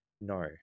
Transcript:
No